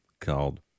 called